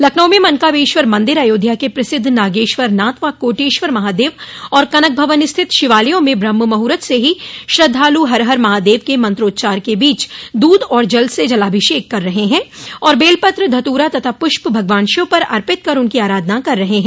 लखनऊ में मनकामेश्वर मंदिर अयोध्या के प्रसिद्ध नागेश्वरनाथ व कोटेश्वर महादेव और कनकभवन स्थित शिवालयों में ब्रह्म मुहूर्त से ही श्रद्धालु हरहर महादेव के मंत्रोच्चार के बीच दूध और जल से जलाभिषेक कर रहे हैं और बेलपत्र धतूरा तथा पुष्प भगवान शिव पर अर्पित कर उनकी आराधना कर रहे हैं